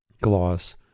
Gloss